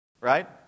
Right